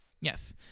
yes